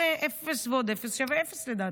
אפס ועוד אפס שווה אפס, לדעתי.